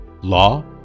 law